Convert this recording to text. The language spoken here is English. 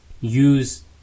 use